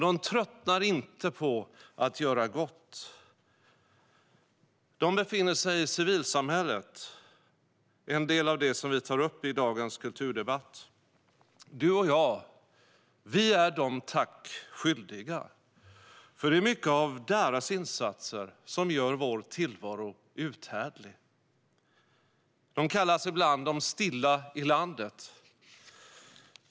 De tröttnar inte på att göra gott. De befinner sig i civilsamhället, vilket är en del av det vi tar upp i dagens kulturdebatt. Du och jag är dem tack skyldiga, för det är till stor del deras insatser som gör vår tillvaro uthärdlig. De kallas ibland "de stilla i landet".